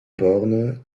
borne